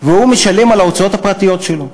והוא משלם על ההוצאות הפרטיות שלו.